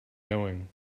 going